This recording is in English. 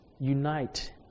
unite